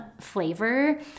flavor